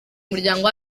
muryango